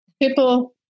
people